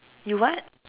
you what